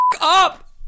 up